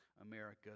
America